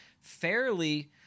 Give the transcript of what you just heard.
fairly